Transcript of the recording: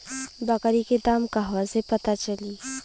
बकरी के दाम कहवा से पता चली?